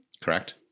Correct